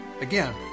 Again